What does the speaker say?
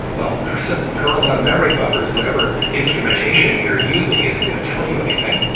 well, if a persistent kernel is out of memory buffers, whatever instrumentation you're using isn't going to tell you anything.